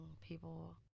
People